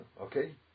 Okay